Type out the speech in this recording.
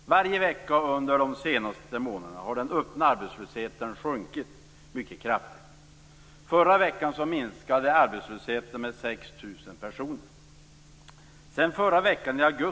Varje vecka under de senaste månaderna har den öppna arbetslösheten sjunkit mycket kraftigt. Förra veckan minskade arbetslösheten med 6 000 personer.